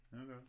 Okay